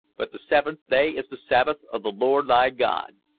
but the seventh day is the sabbath of the lord thy god.